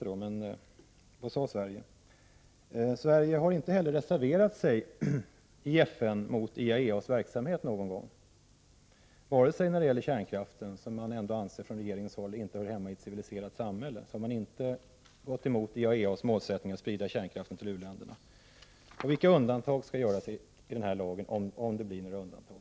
Sverige har inte heller någon gång reserverat sig i FN mot IAEA:s verksamhet. Regeringen anser ändå att kärnkraft inte hör hemma i ett civiliserat land, men man har inte gått emot IAEA:s målsättning att sprida kärnkraften till u-länderna. Vilka undantag skall göras i den här lagen, om det blir några undantag?